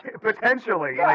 Potentially